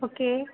okay